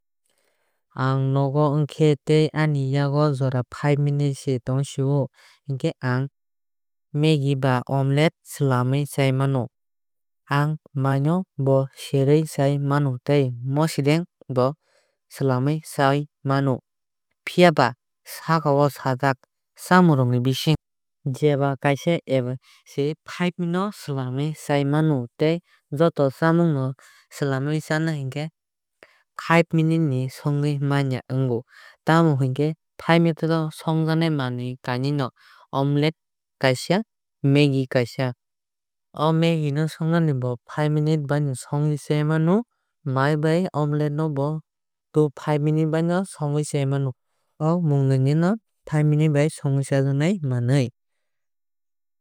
Anng nogo wongkhe tei aani yago jora five minute se tong sio hinkhe anng maggie ba omlete slamwui chai mano. Aang mai no bo serwui chai mano tei mosodeng bo slamwui chaiui mano. Phiaba sakao sajak chamung rokni bisingo jeba kaisa se five minute o slamwui chaui mano tei joto chamung no slamwui chana hinkhe five munite songwui man ya. Tamo hingkhe five minute o songjaknai manwui kainwui no omelet kaisa maggie kaisa. O maggie no songnani bo five minute bai no songwui chai mano. Mai bai omelet no bo five minute o songwui chai mano. O mungnwuino no five minute bai songwui chajaknai manwui.